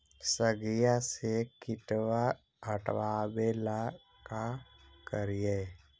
सगिया से किटवा हाटाबेला का कारिये?